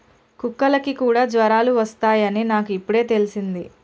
కుక్కలకి కూడా జ్వరాలు వస్తాయ్ అని నాకు ఇప్పుడే తెల్సింది